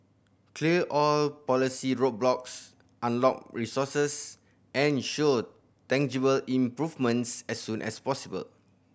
clear all policy roadblocks unlock resources and show tangible improvements as soon as possible